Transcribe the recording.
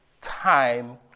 time